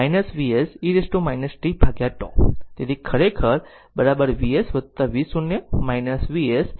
તેથી તે ખરેખર Vs v0 Vs e t tτ